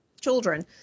children